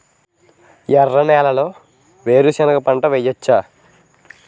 ఎర్ర నేలలో వేరుసెనగ పంట వెయ్యవచ్చా?